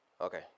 Okay